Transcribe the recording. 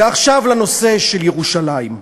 ועכשיו לנושא של ירושלים.